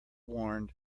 warned